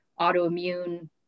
autoimmune